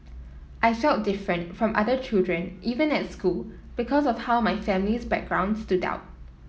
I felt different from other children even at school because of how my family's background stood out